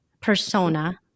persona